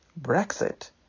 Brexit